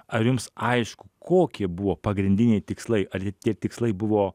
ar jums aišku kokie buvo pagrindiniai tikslai ar tie tikslai buvo